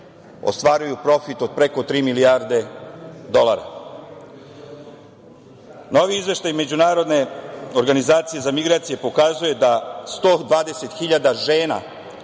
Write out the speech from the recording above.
ostvaruju profit od preko tri milijarde dolara. Novi izveštaj Međunarodne organizacije za migracije pokazuje da 120.000 žena